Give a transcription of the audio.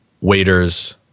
waiters